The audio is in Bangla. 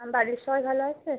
আর বাড়ির সবাই ভালো আছে